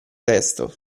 resto